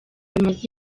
bimaze